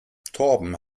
torben